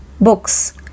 books